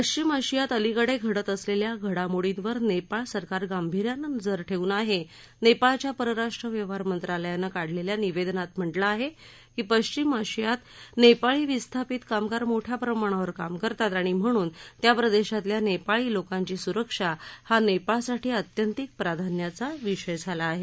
पश्चिम आशियात अलिकडे घडत असलेल्या घडामोडींवर नेपाळ सरकार गांभिर्यानं नजर काढलेल्या निवेदनात म्हटलं आहे की पश्चिम आशियात नेपाळी विस्थापित कामगार मोठ्या प्रमाणावर काम करतात आणि म्हणून त्या प्रदेशातल्या नेपाळी लोकांची सुरक्षा हा नेपाळसाठी आत्यंतिक प्राधान्याचा विषय झाला आहे